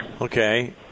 Okay